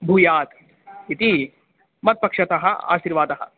भूयात् इति मत्पक्षतः आशीर्वादः